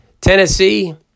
Tennessee